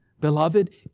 beloved